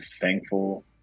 thankful